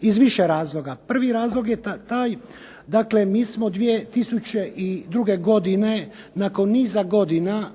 iz više razloga. Prvi razlog je taj dakle mi smo 2002. godine nakon niza godina